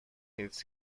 its